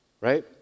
right